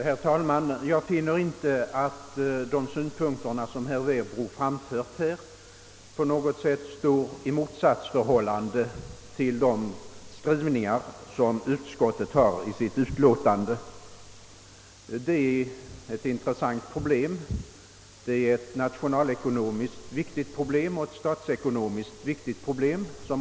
Herr talman! Jag finner inte att de synpunkter som herr Werbro framfört på något sätt står i motsatsförhållande till skrivningen i utskottsutlåtandet. Det problem som aktualiserats av motionärerna är intressant — det är ett nationalekonomiskt viktigt problem och ett statsekonomiskt viktigt problem.